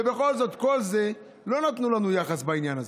ובכל זאת לא נתנו לנו יחס בעניין הזה.